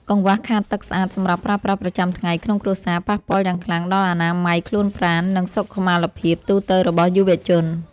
កង្វះខាតទឹកស្អាតសម្រាប់ប្រើប្រាស់ប្រចាំថ្ងៃក្នុងគ្រួសារ ប៉ះពាល់យ៉ាងខ្លាំងដល់អនាម័យខ្លួនប្រាណ និង សុខុមាលភាពទូទៅរបស់យុវជន។